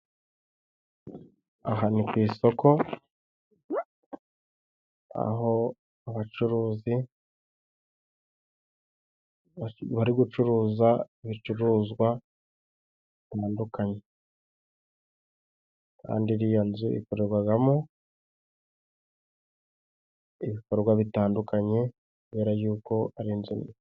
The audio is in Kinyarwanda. Aha ni ku isoko, aho abacuruzi bari gucuruza ibicuruzwa bitandukanye, Kandi iriya nzu ikoregwagamo ibikorwa bitandukanye kubera y'uko ari inzu.